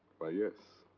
why, yes.